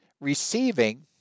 receiving